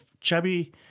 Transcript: chubby